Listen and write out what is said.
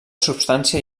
substància